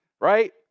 right